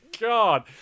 God